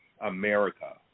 America